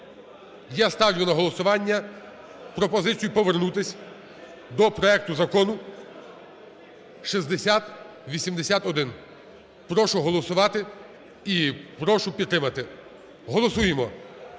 Я ставлю на голосування пропозицію повернутися до проекту Закону 6081. Прошу голосувати і прошу підтримати. Голосуємо.